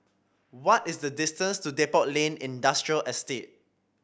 what is the distance to Depot Lane Industrial Estate